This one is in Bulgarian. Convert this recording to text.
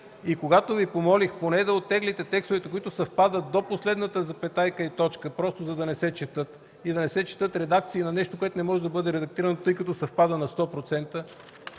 Когато Ви помолих поне да оттеглите текстовете, които съвпадат до последната запетайка и точка, просто за да не се четат и да не се четат редакции на нещо, което не може да бъде редактирано, тъй като съвпада на 100%,